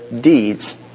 deeds